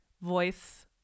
voice